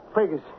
figures